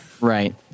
Right